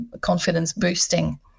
confidence-boosting